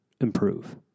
improve